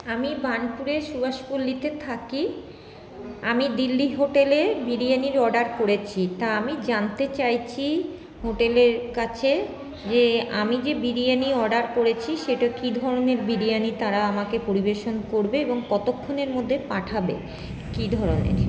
আমি বাণপুরের সুভাষপল্লিতে থাকি আমি দিল্লী হোটেলে বিরিয়ানির অর্ডার করেছি তা আমি জানতে চাইছি হোটেলের কাছে যে আমি যে বিরিয়ানি অর্ডার করেছি সেটা কি ধরণের বিরিয়ানি তারা আমাকে পরিবেশন করবে এবং কতক্ষণের মধ্যে পাঠাবে কি ধরণের